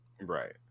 right